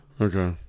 Okay